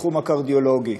בתחום הקרדיולוגי,